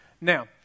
Now